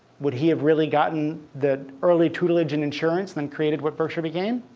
would he have really gotten the early tutelage in insurance then created what berkshire became?